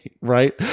right